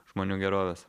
žmonių gerovės